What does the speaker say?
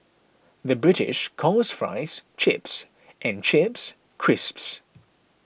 the British calls Fries Chips and Chips Crisps